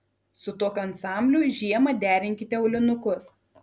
su tokiu ansambliu žiemą derinkite aulinukus